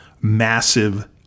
massive